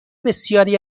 بسیاری